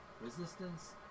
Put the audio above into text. Resistance